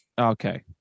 Okay